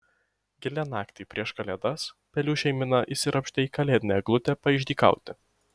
gilią naktį prieš kalėdas pelių šeimyna įsiropštė į kalėdinę eglutę paišdykauti